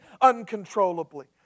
uncontrollably